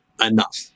enough